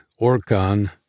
Orcon